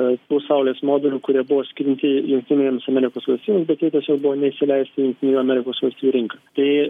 tų saulės modulių kurie buvo skirti jungtinėms amerikos valstijoms bet jie tiesiog buvo neįsileista į jungtinių amerikos valstijų rinką tai